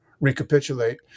recapitulate